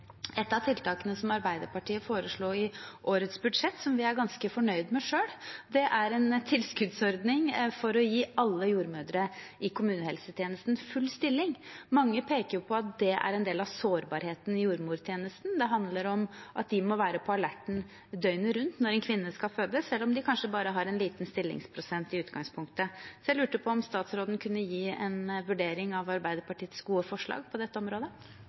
Et av tiltakene som Arbeiderpartiet foreslo i årets budsjett, som vi er ganske fornøyde med selv, er en tilskuddsordning for å gi alle jordmødre i kommunehelsetjenesten full stilling. Mange peker på at det er en del av sårbarheten i jordmortjenesten. Det handler om at de må være på alerten døgnet rundt når en kvinne skal føde, selv om de kanskje bare har en liten stillingsprosent i utgangspunktet. Jeg lurte på om statsråden kunne gi en vurdering av Arbeiderpartiets gode forslag på dette området.